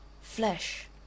flesh